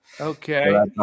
Okay